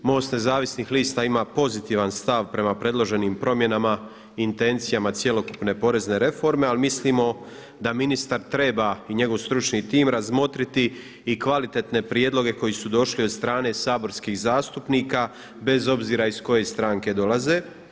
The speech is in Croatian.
MOST Nezavisnih lista ima pozitivan stav prema predloženim promjenama i intencijama cjelokupne porezne reforme, ali mislimo da ministar treba i njegov stručni tim razmotriti i kvalitetne prijedloge koji su došli od strane saborskih zastupnika bez obzira iz koje strane dolaze.